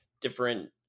different